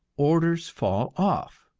orders fall off,